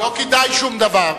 לא כדאי שום דבר.